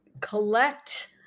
collect